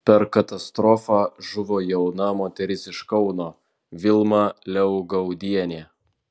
per katastrofą žuvo jauna moteris iš kauno vilma liaugaudienė